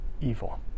evil